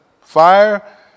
fire